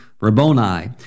Rabboni